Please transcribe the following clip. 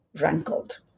rankled